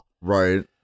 Right